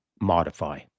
modify